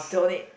don't need